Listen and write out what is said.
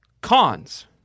Cons